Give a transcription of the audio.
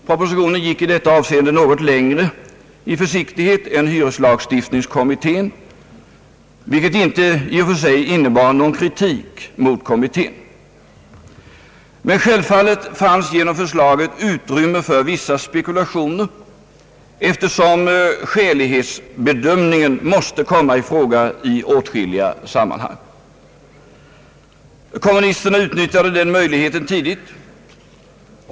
Propositionen gick i detta avseende något längre i försiktighet än hyreslagstiftningskommittén, vilket i och för sig inte innebar någon kritik mot kommittén. Men självfallet lämnade förslaget utrymme för vissa spekulationer, eftersom skälighetsbedömningen måste komma i fråga i åtskilliga sammanhang. Kommunisterna utnyttjade tidigt den möjligheten.